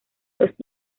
los